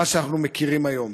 מה שאנחנו מכירים היום.